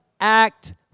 act